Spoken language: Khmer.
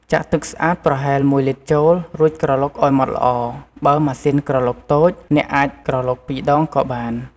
ចាក់ទឹកស្អាតប្រហែល ១ លីត្រចូល រួចក្រឡុកឱ្យម៉ដ្ឋល្អ បើម៉ាស៊ីនក្រឡុកតូច អ្នកអាចក្រឡុកពីរដងក៏បាន។